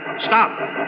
stop